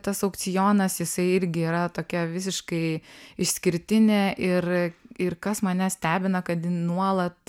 tas aukcionas jisai irgi yra tokia visiškai išskirtinė ir ir kas mane stebina kad ji nuolat